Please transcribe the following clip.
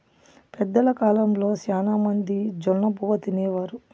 పెద్దల కాలంలో శ్యానా మంది జొన్నబువ్వ తినేవారు